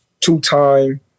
two-time